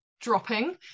dropping